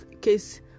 case